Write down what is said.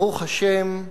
ברוך השם,